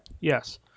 Yes